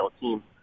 team